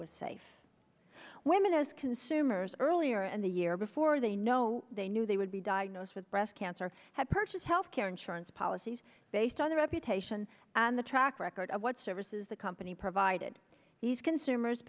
was safe women as consumers earlier in the year before they know they knew they would be diagnosed with breast cancer had purchased health care insurance policies based on the reputation and the track record of what services the company provided these consumers